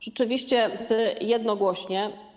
rzeczywiście jednogłośnie.